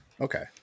Okay